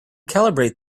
calibrate